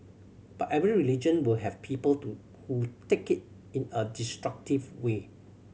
but every religion will have people to who take it in a destructive way